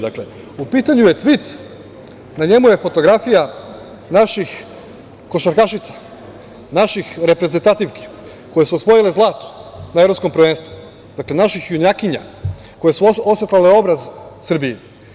Dakle, u pitanju je tvit, na njemu je fotografija naših košarkašica, naših reprezentativki koje su osvojile zlato na Evropskom prvenstvu, naših junakinja koje su osvetlale obraz Srbiji.